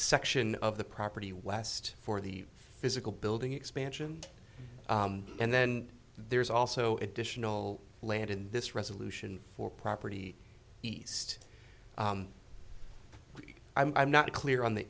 section of the property west for the physical building expansion and then there's also additional land in this resolution for property east i'm not clear on the